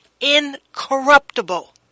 incorruptible